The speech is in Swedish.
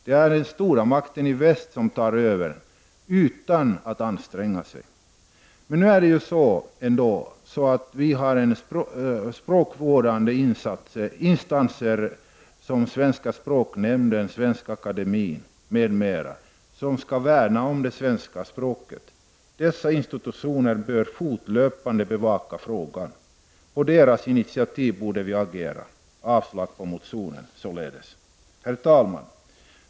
Det är den stora makten i väst som tar över utan att anstränga sig. Vi har språkvårdande instanser som Svenska språknämnden, Svenska akademien m.m. som skall värna om det svenska språket. Dessa institutioner bör fortlöpande bevaka frågan. På deras intitiativ borde vi agera. Jag yrkar således avslag på motionen. Herr talman!